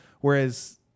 Whereas